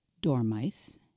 dormice